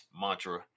mantra